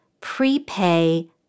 prepay